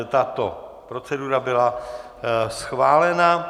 Tato procedura byla schválena.